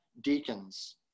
deacons